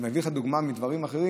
אם אני אביא לך דוגמה מדברים אחרים,